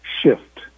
shift